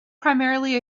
primarily